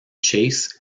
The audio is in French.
chase